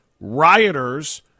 rioters